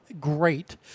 Great